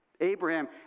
Abraham